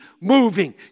moving